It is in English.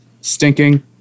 stinking